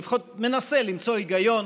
לפחות מנסה למצוא היגיון